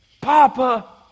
Papa